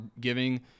giving